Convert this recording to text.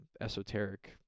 esoteric